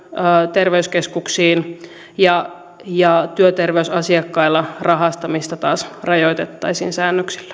terveyskeskuksiin ja ja työterveysasiakkailla rahastamista taas rajoitettaisiin säännöksillä